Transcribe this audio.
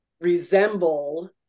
resemble